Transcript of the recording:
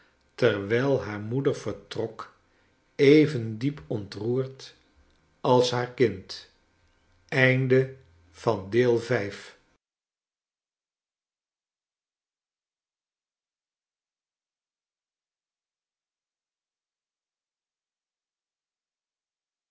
terwijl liaar moeder vertrok even diep ontroerd als haar kind